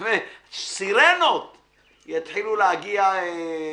- סירנות יתחילו להגיע.